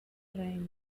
triangle